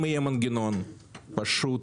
אם יהיה מנגנון פשוט,